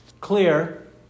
clear